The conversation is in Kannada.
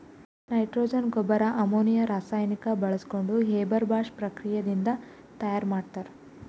ನೈಟ್ರೊಜನ್ ಗೊಬ್ಬರ್ ಅಮೋನಿಯಾ ರಾಸಾಯನಿಕ್ ಬಾಳ್ಸ್ಕೊಂಡ್ ಹೇಬರ್ ಬಾಷ್ ಪ್ರಕ್ರಿಯೆ ನಿಂದ್ ತಯಾರ್ ಮಾಡ್ತರ್